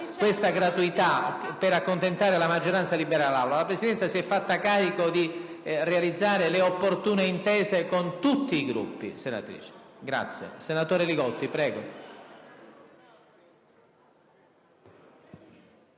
questa gratuità per accontentare la maggioranza e liberare l'Aula. La Presidenza si è fatta carico di realizzare le opportune intese con tutti i Gruppi, senatrice Poretti.